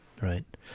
right